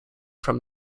from